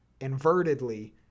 invertedly